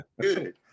good